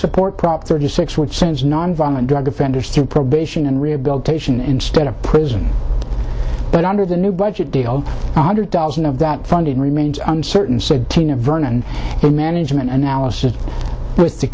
support prop thirty six which sends nonviolent drug offenders through probation and rehabilitation instead of prison but under the new budget deal one hundred thousand of that funding remains uncertain said tina vernon a management analysis with the